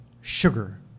Sugar